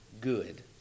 good